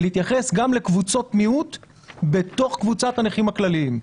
ולהתייחס גם לקבוצות מיעוט בתוך קבוצת הנכים הכלליים.